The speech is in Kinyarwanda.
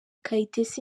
kayitesi